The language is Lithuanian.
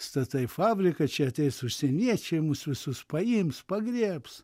statai fabriką čia ateis užsieniečiai mus visus paims pagriebs